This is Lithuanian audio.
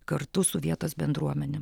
kartu su vietos bendruomenėm